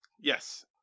Yes